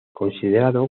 considerado